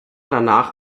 danach